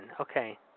Okay